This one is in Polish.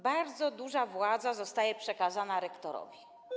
Bardzo duża władza zostaje przekazana rektorowi.